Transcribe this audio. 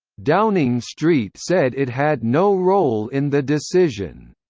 downing street said it had no role in the decision.